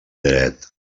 dret